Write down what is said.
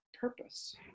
purpose